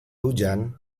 hujan